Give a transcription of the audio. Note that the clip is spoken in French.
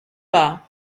pas